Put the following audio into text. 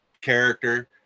character